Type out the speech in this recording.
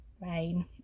rain